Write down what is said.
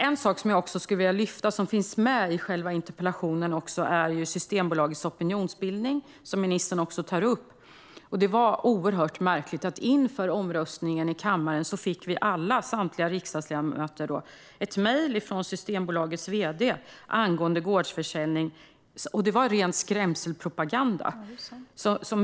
En fråga som jag vill lyfta fram, och som tas upp i interpellationen, är Systembolagets opinionsbildning. Ministern tog också upp den frågan. Det var oerhört märkligt att inför omröstningen i kammaren, under allmänna motionstiden, fick samtliga riksdagsledamöter ett mejl från Systembolagets vd angående gårdsförsäljning. Det var ren skrämselpropaganda.